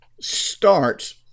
starts